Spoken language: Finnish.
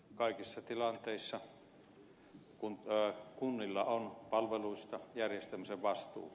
kaikissa tilanteissa kunnilla on palveluista järjestämisen vastuu